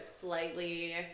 slightly